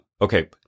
Okay